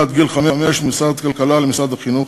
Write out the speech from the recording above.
עד גיל שלוש ממשרד הכלכלה אל משרד החינוך,